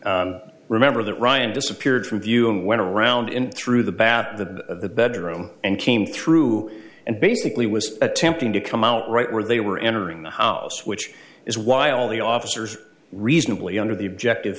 it remember that ryan disappeared from view and went around in through the bad the bedroom and came through and basically was attempting to come out right where they were entering the house which is why all the officers reasonably under the objective